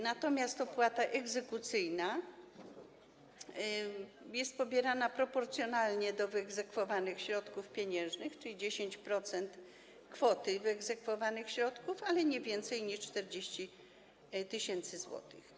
Natomiast opłata egzekucyjna jest pobierana proporcjonalnie do wyegzekwowanych środków pieniężnych, czyli 10% kwoty wyegzekwowanych środków, ale nie więcej niż 40 tys. zł.